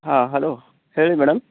ಹಾಂ ಹಲೋ ಹೇಳಿ ಮೇಡಮ್